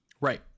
Right